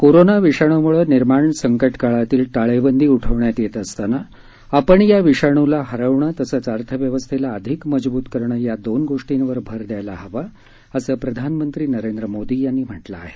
corona विषाण़मुळे निर्माण संकटकाळातील टाळेबंदी उठवण्यात येत असताना आपण या विषाणूला हरवणं तसंच अर्थव्यवस्थेला अधिक मजबूत करणं या दोन गोष्टींवर भर दयायला हवा असं प्रधानमंत्री नरेंद्र मोदी यांनी म्हटलं आहे